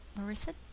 marissa